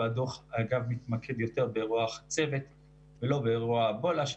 והדוח מתמקד יותר באירוע החצבת ולא באירוע האבולה.